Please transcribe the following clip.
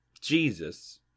Jesus